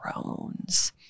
Thrones